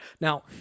Now